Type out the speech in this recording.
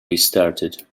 restarted